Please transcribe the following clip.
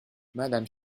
madame